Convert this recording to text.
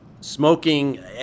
smoking